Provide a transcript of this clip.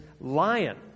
lion